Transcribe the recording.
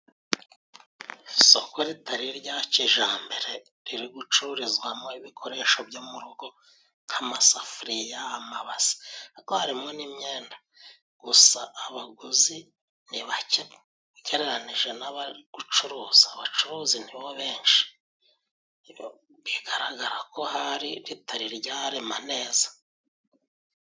Isoko ritari irya kijyambere riri gucururizwamo ibikoresho byo mu rugo nk'amasafuriya, amabasi ariko harimo n'imyenda. Gusa abaguzi nibake ugereranije n'abari gucuruza, abacuruzi nibo benshi bigaragara ko ahari ritari ryarema neza.